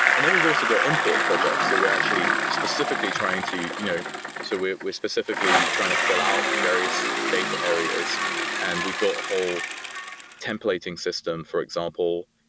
and then we've also got import projects. so we're actually specifically trying to you know so we're we're specifically trying to fill out various data areas and we've built a whole templating system, for example,